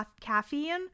caffeine